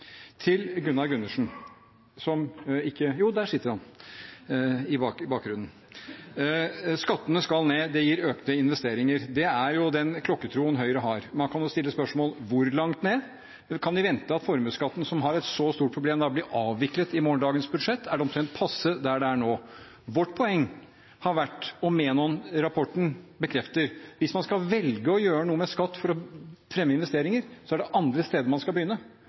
Til Gunnar Gundersen, som ikke – jo, der sitter han, i bakgrunnen: Skattene skal ned, det gir økte investeringer. Det er den klokkertroen Høyre har, og man kan stille spørsmålet: Hvor langt ned? Kan vi vente at formuesskatten, som er et så stort problem, blir avviklet i morgendagens budsjett? Er det omtrent passe der det er nå? Vårt poeng har vært – og det bekrefter Menon-rapporten – at hvis man skal velge å gjøre noe med skatt for å fremme investeringer, er det andre steder man skal begynne.